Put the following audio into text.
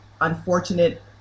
unfortunate